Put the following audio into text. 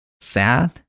sad